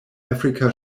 africa